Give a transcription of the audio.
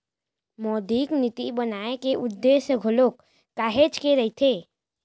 मौद्रिक नीति बनाए के उद्देश्य घलोक काहेच के रहिथे